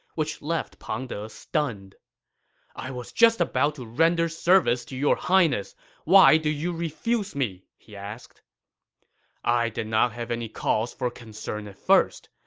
which left pang de stunned i was just about to render service to your highness why do you refuse me? he asked i did not have any cause for concern at first,